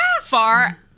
far